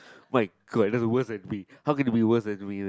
oh my god that's worse than me how can it be worse than me right